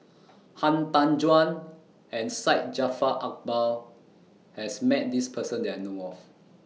Han Tan Juan and Syed Jaafar Albar has Met This Person that I know of